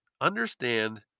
understand